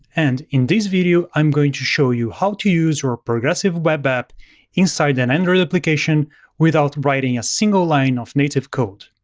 and in this video, i'm going to show you how to use your progressive web app inside an android application without writing a single line of native code.